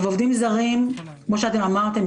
עובדים זרים כמו שאמרתם,